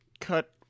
cut